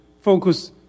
focus